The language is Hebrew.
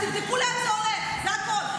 אז תבדקו לאן זה הולך, זה הכול.